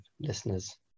listeners